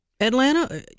Atlanta